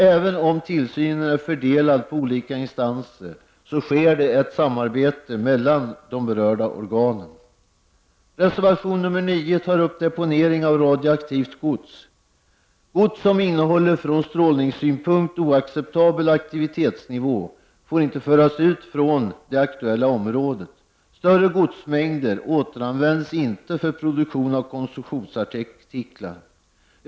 Även om tillsynen är fördelad på olika instanser sker det ett samarbete mellan de berörda organen. Reservation nr 9 handlar om deponering av radioaktivt gods. Gods som innehåller från strålningssynpunkt oacceptabel aktivitetsnivå får inte föras ut från det aktuella området. Större godsmängder återanvänds inte för produktion av konsumtionsartiklar.